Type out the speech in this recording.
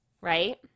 right